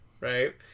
right